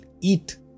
eat